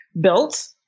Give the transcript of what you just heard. built